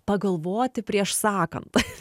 pagalvoti prieš sakant